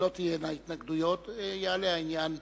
ולא תהיינה התנגדויות, יעלה העניין.